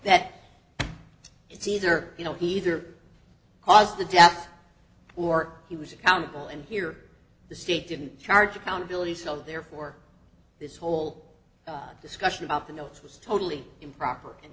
that it's either you know either caused the death or he was accountable and here the state didn't charge accountability so therefore this whole discussion about the notes was totally improper